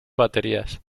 baterías